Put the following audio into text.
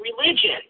religion